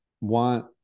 want